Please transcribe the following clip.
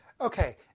Okay